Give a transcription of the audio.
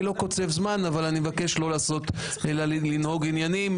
אני לא קוצב זמן, אבל אני מבקש לנהוג עניינית.